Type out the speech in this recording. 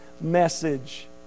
message